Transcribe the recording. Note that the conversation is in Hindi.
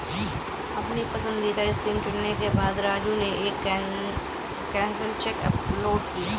अपनी पसंदीदा स्कीम चुनने के बाद राजू ने एक कैंसिल चेक अपलोड किया